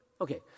Okay